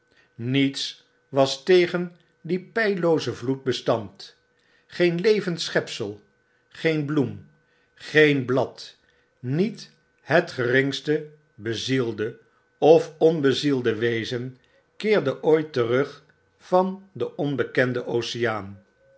niets was tegen dien peilloozen vloed bestand green legend schepsel geen bloem geen blad niet het geringste bezielde of onbezielde wezen keerde ooit terug van den onbekenden oceaan